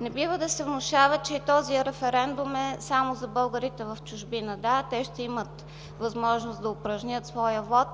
Не бива да се внушава, че този референдум е само за българите в чужбина. Да, те ще имат възможност да упражнят своя вот,